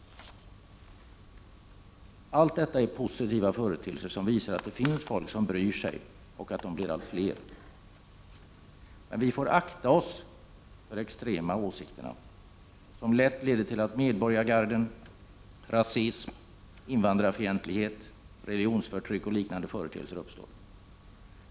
Allt detta är positiva företeelser, som visar att det finns folk som bryr sig och att de blir allt fler. Men vi får akta oss för de extrema åsikterna, som lätt leder till att medborgargarden, rasism, invandrarfientlighet, religionsförtryck och liknande företeelser uppstår.